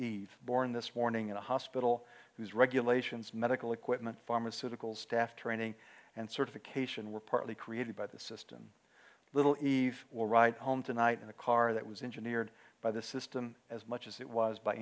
named born this morning in a hospital whose regulations medical equipment pharmaceuticals staff training and certification were partly created by the system little eve will ride home tonight in a car that was engineered by the system as much as it was by